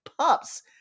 pups